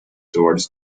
towards